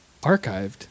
archived